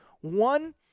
One